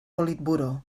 politburó